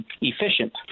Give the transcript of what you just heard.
efficient